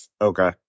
Okay